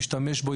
משתמש בו,